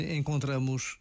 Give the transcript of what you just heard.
encontramos